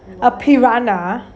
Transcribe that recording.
a piranha